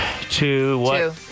Two